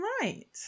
Right